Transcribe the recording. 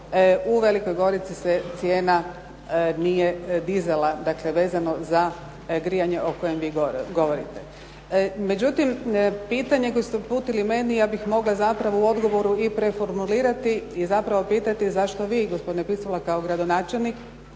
u Velikoj Gorici se cijena nije dizala. Dakle, vezano za grijanje o kojem vi govorite. Međutim, pitanje koje ste uputili meni ja bih mogla zapravo u odgovoru i preformulirati i zapravo pitati zašto vi, gospodine Picula, kao gradonačelnik